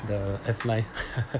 the F nine